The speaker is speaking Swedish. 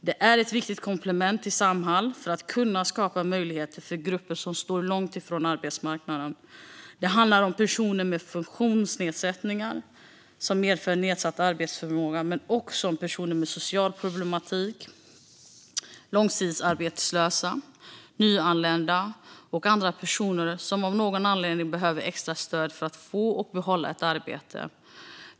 De är ett viktigt komplement till Samhall för att skapa möjligheter för grupper som står långt från arbetsmarknaden. Det handlar om personer med funktionsnedsättningar som medför nedsatt arbetsförmåga, men också om personer med social problematik, långtidsarbetslösa, nyanlända och andra personer som av någon anledning behöver extra stöd för att få och behålla ett arbete.